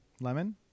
Lemon